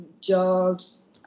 jobs